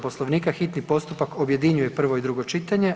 Poslovnika hitni postupak objedinjuje prvo i drugo čitanje.